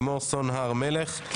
לימור סון הר מלך,